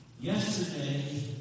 Yesterday